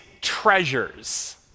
treasures